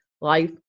Life